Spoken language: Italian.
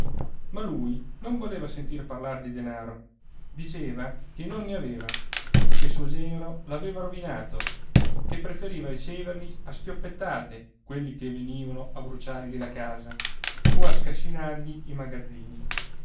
ma lui non voleva sentir parlare di denaro diceva che non ne aveva che suo genero l'aveva rovinato che preferiva riceverli a schioppettate quelli che venivano a bruciargli la casa o a scassinargli i magazzini